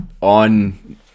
on